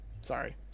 sorry